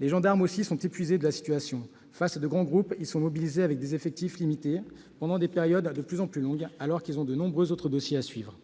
Les gendarmes aussi sont épuisés par cette situation : face à de grands groupes, ils sont mobilisés avec des effectifs limités, pendant des périodes de plus en plus longues, alors qu'ils ont de nombreux autres dossiers à suivre.